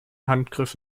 handgriff